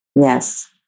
Yes